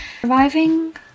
Surviving